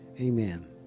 Amen